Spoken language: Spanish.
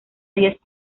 diez